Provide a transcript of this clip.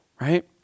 right